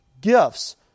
gifts